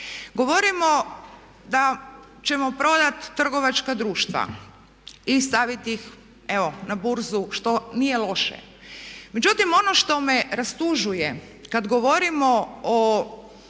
Govorimo da ćemo prodati trgovačka društva i staviti ih evo na burzu što nije loše, međutim ono što me rastužuje kad govorimo o